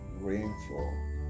rainfall